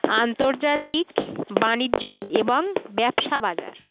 আন্তর্জাতিক বাণিজ্য এবং ব্যবসা বাজার